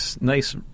nice